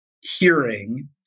hearing